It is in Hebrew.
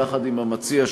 יחד עם המציע,